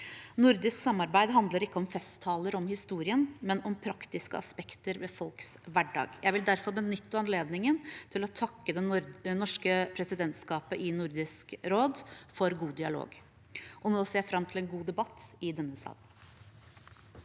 Nordisk samarbeid handler ikke om festtaler om historien, men om praktiske aspekter ved folks hverdag. Jeg vil derfor benytte anledningen til å takke det norske presidentskapet i Nordisk råd for god dialog. Nå ser jeg fram til en god debatt i denne sal.